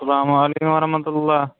اَسَلامُ علیکُم وَرحمتُہ اللہ